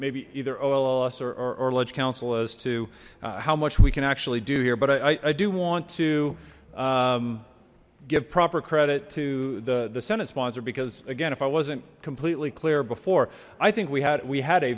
maybe either olls or ledge council as to how much we can actually do here but i do want to give proper credit to the the senate sponsor because again if i wasn't completely clear before i think we had we had a